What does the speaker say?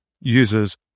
users